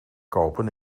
kopen